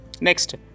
Next